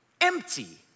empty